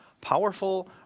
Powerful